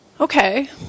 Okay